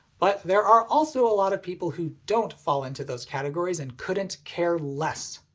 but there are also a lot of people who don't fall into those categories and couldn't care less.